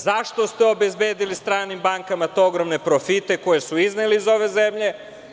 Zašto ste obezbedili stranim bankama ogromne profite koje su izneli iz ove zemlje?